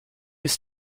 ist